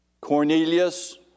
Cornelius